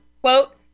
quote